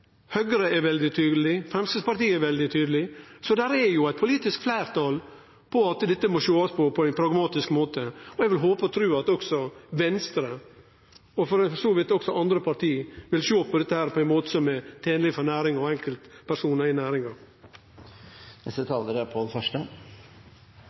Høgre er veldig tydeleg. Framstegspartiet er veldig tydeleg. Så det er eit politisk fleirtal for at dette må sjåast på på ein pragmatisk måte, og eg vil håpe og tru at også Venstre – og for så vidt også andre parti – vil sjå på dette på ein måte som er tenleg for næringa og enkeltpersonar i